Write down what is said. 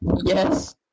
Yes